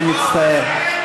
אני מצטער.